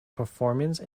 performance